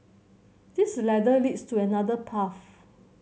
this ladder leads to another path